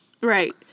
Right